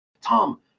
Tom